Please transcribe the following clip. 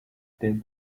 still